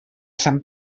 sant